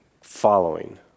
following